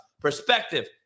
perspective